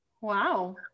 Wow